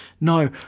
No